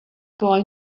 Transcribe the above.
boy